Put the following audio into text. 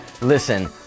Listen